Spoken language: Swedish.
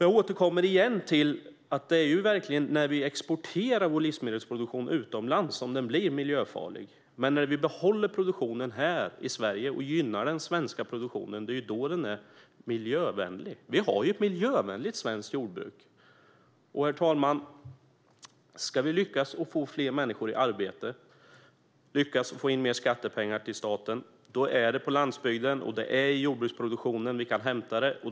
Jag återkommer till att det är när vår livsmedelsproduktion exporteras utomlands som den blir miljöfarlig. Men när man behåller produktionen här i Sverige och gynnar den, då är den miljövänlig. Vi har ett miljövänligt svenskt jordbruk. Herr talman! Ska vi lyckas med att få fler människor i arbete och med att få in mer skattepengar till staten kan vi hämta detta i jordbruksproduktionen på landsbygden.